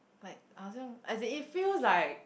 like I wasn't as in it feels like